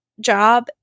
job